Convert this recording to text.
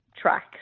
track